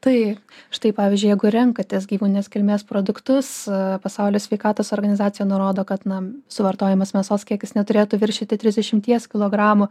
taip štai pavyzdžiui jeigu renkatės gyvūninės kilmės produktus pasaulio sveikatos organizacija nurodo kad na suvartojamos mėsos kiekis neturėtų viršyti trisdešimties kilogramų